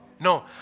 No